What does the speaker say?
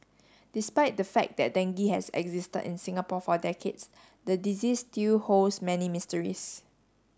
despite the fact that dengue has existed in Singapore for decades the disease still holds many mysteries